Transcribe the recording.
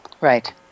right